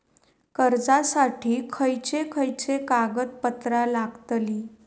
कर्जासाठी खयचे खयचे कागदपत्रा लागतली?